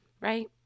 right